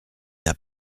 n’a